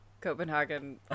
Copenhagen